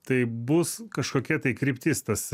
tai bus kažkokia tai kryptis tas